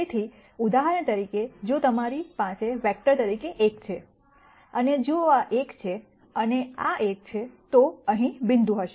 તેથી ઉદાહરણ તરીકે જો તમારી વેક્ટર તરીકે 1 છે અને જો આ એક છે અને આ એક છે તો બિંદુ અહીં હશે